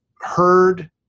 heard